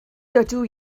dydw